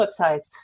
websites